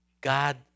God